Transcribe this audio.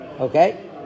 okay